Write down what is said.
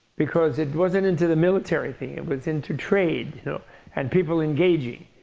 because it wasn't into the military thing. it was into trade so and people engaging.